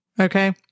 Okay